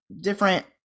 different